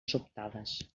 sobtades